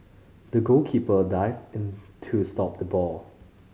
the goalkeeper dived to stop the ball